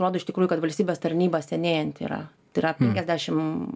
rodo iš tikrųjų kad valstybės tarnyba senėjanti yra tai yra penkiasdešim